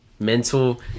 mental